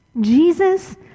Jesus